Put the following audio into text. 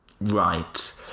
Right